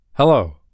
Hello